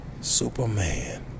Superman